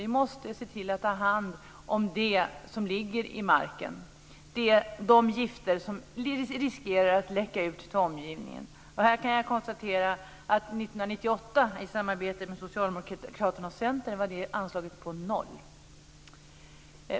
Vi måste ta hand om de gifter som ligger i marken och riskerar att läcka ut till omgivningen. Jag kan konstatera att anslaget till detta i samarbetet mellan Socialdemokraterna och Centern år 1998 var 0 kr.